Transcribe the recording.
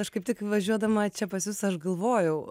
aš kaip tik važiuodama čia pas jus aš galvojau